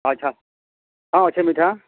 ଆଚ୍ଛା ହଁ ଅଛେ ମିଠା